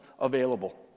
available